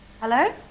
Hello